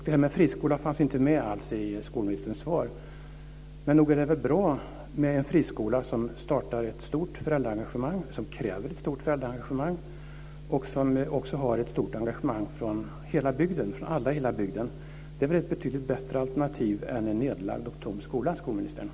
Det här med friskola fanns inte med alls i skolministerns svar. Men nog är det väl bra med en friskola som startar ett stort föräldraengagemang och som kräver ett stort föräldraengagemang. Det finns också ett stort engagemang från alla i hela bygden. Det är väl ett betydligt bättre alternativ än en nedlagd och tom skola, skolministern?